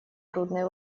трудные